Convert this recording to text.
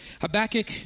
Habakkuk